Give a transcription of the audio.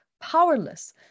powerless